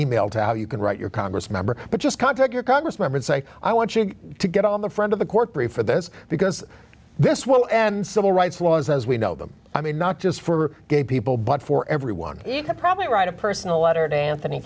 e mail to how you can write your congress member but just contact your congressman say i want you to get on the front of the court brief for this because this will end civil rights laws as we know them i mean not just for gay people but for everyone you can probably write a personal letter to anthony